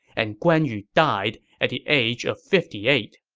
and guan yu died at the age of fifty eight